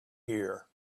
here